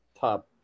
top